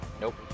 Nope